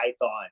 Python